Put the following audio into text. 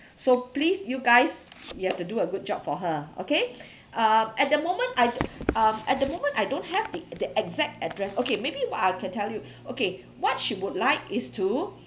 so please you guys you have to do a good job for her okay uh at the moment I don't um at the moment I don't have the the exact address okay maybe what I can tell you okay what she would like is